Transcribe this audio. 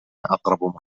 أقرب